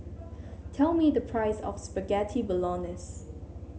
tell me the price of Spaghetti Bolognese